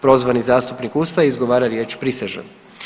Prozvani zastupnik ustaje i izgovara riječ „prisežem“